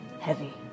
heavy